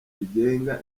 rigenga